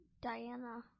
Diana